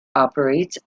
operates